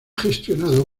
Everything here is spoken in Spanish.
gestionado